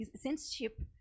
censorship